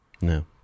no